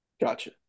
Gotcha